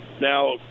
Now